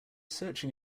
searching